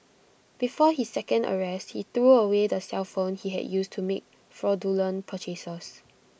before his second arrest he threw away the cellphone he had used to make fraudulent purchases